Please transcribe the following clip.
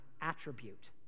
attribute